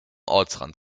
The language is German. ortsrand